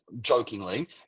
jokingly